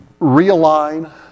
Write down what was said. realign